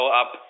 up